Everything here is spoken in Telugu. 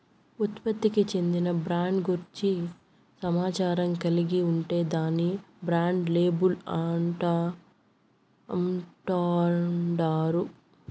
ఉత్పత్తికి చెందిన బ్రాండ్ గూర్చి సమాచారం కలిగి ఉంటే దాన్ని బ్రాండ్ లేబుల్ అంటాండారు